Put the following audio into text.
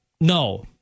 no